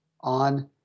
on